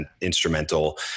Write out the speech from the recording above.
instrumental